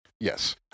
Yes